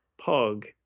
Pug